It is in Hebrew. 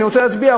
אני רוצה להצביע.